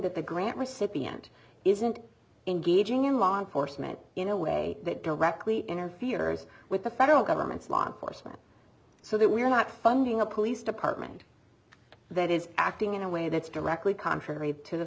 that the grant recipient isn't engaging in law enforcement you know way that directly interferes with the federal government's law enforcement so that we're not funding a police department that is acting in a way that's directly contrary to the